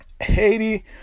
haiti